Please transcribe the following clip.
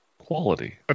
quality